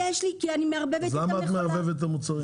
אז למה את מערבבת את המוצרים?